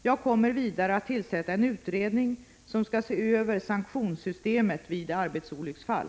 Jag kommer vidare att tillsätta en utredning som skall se över sanktionssystemet vid arbetsolycksfall.